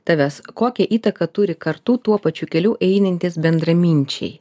tavęs kokią įtaką turi kartų tuo pačiu keliu einantys bendraminčiai